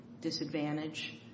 disadvantage